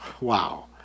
Wow